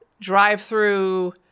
drive-through